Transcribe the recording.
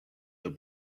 the